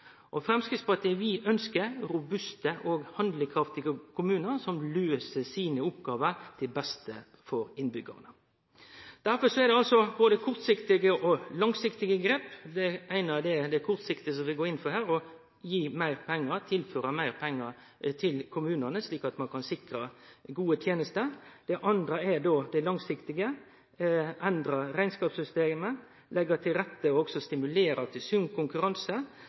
innbyggjarane. Framstegspartiet ønskjer robuste og handlekraftige kommunar som løyser sine oppgåver til beste for innbyggjarane. Derfor er det både kortsiktige og langsiktige grep. Det kortsiktige vi går inn for her, er å tilføre meir pengar til kommunane, slik at ein kan sikre gode tenester. Det langsiktige er å endre rekneskapssystemet, leggje til rette og stimulere til sunn konkurranse